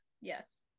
Yes